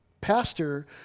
pastor